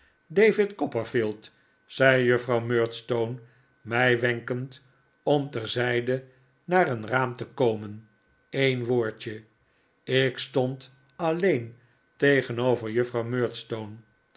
david copperfield zei juffrouw murdstone mij wenkend om terzijde naar een raam te komen een woordje ik stond alleen tegenover juffrouw